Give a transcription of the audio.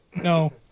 No